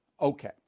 Okay